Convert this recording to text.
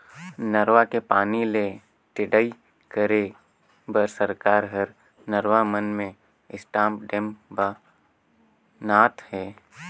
नरूवा के पानी ले टेड़ई करे बर सरकार हर नरवा मन में स्टॉप डेम ब नात हे